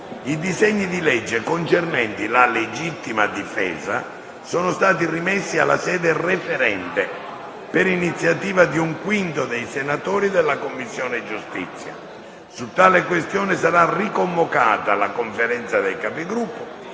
i disegni di legge concernenti la legittima difesa sono stati rimessi alla sede referente per iniziativa di un quinto dei senatori della Commissione giustizia. Su tale questione sarà riconvocata la Conferenza dei Capigruppo,